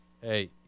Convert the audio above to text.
Hey